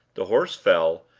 the horse fell,